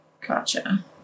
Gotcha